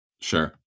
sure